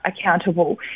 accountable